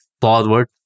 forward